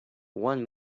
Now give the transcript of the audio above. one